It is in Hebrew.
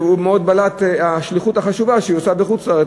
ומאוד בלטה השליחות החשובה שהיא עושה בחוץ-לארץ.